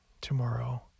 tomorrow